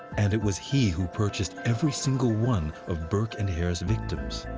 and it was he who purchased every single one of burke and hare's victims.